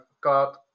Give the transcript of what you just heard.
got